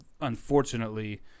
unfortunately